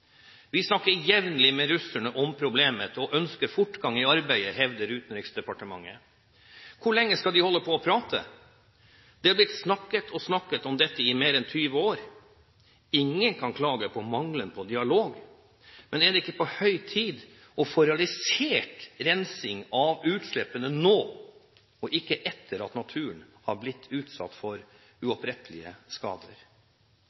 Vi snakker jevnlig med russerne om problemet, og ønsker fortgang i arbeidet, hevder Utenriksdepartementet. Hvor lenge skal de holde på og prate? Det er blitt snakket og snakket om dette i mer enn 20 år – ingen kan klage på mangel på dialog. Men er det ikke på høy tid å få realisert rensing av utslippene nå og ikke etter at naturen er blitt utsatt for